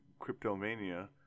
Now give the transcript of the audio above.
cryptomania